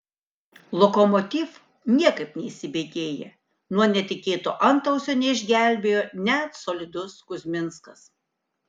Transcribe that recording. lokomotiv niekaip neįsibėgėja nuo netikėto antausio neišgelbėjo net solidus kuzminskas